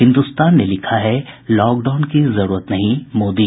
हिन्दुस्तान ने लिखा है लॉकडाउन की जरूरत नहीं मोदी